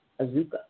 Azuka